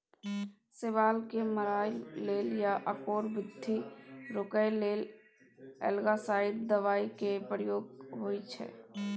शैबाल केँ मारय लेल या ओकर बृद्धि रोकय लेल एल्गासाइड दबाइ केर प्रयोग होइ छै